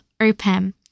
open